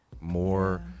more